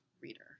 reader